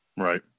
right